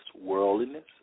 worldliness